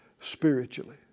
spiritually